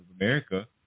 America